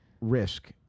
risk